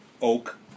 Oak